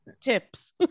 tips